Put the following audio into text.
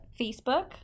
Facebook